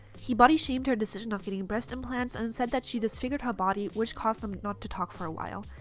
he body shamed her decision of getting breast implants and said that she disfigured her body, which caused them not to talk for a while.